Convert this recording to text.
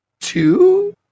two